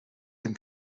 dem